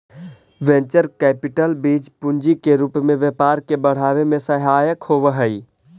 venture capital बीज पूंजी के रूप में व्यापार के बढ़ावे में सहायक होवऽ हई